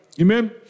Amen